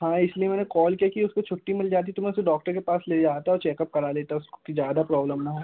हाँ इसलिए मैंने कॉल किया कि उसको छुट्टी मिल जाती तो मैं उसे डॉक्टर के पास ले जाता और चेकअप करा देता उसको कि ज़्यादा प्रॉब्लम ना हो